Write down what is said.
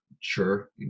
sure